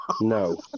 No